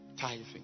Tithing